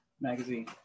Magazine